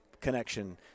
connection